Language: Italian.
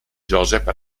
joseph